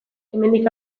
hemendik